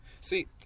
See